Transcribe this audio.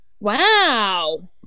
Wow